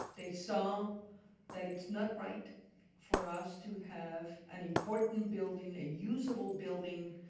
they saw that it's not right for us to have an important building, a usable building,